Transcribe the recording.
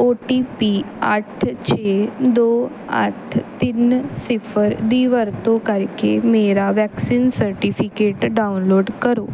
ਓ T P ਅੱਠ ਛੇ ਦੋ ਅੱਠ ਤਿੰਨ ਸਿਫ਼ਰ ਦੀ ਵਰਤੋਂ ਕਰਕੇ ਮੇਰਾ ਵੈਕਸੀਨ ਸਰਟੀਫਿਕੇਟ ਡਾਊਨਲੋਡ ਕਰੋ